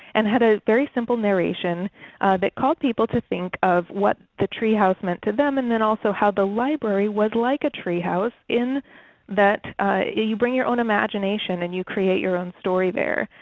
and had a very simple narration that called people to think of what the tree house meant to them, and then also how the library was like a tree house in that you bring your own imagination and you create your own story there.